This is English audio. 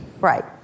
Right